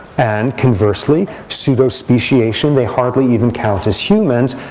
and conversely, pseudo speciation, they hardly even count as humans.